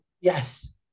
Yes